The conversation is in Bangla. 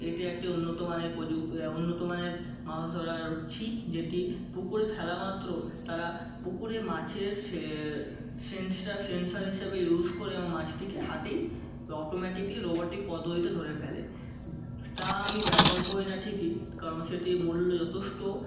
এটি একটি উন্নত মানের প্রযু উন্নত মানের মাছ ধরার ছিপ যেটি পুকুরে ফেলামাত্র তারা পুকুরে মাছের সে সেন্সটা সেন্সর হিসাবে ইউজ করে এবং মাছটিকে হাতেই অটোমেটিক্যালি রোবোটিক পদ্ধতিতে ধরে ফেলে তা আমি ব্যবহার করি না ঠিকই কারণ সেটির মূল্য যথেষ্ট